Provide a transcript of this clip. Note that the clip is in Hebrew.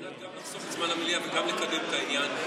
על מנת לחסוך את זמן המליאה וגם לקדם את העניין,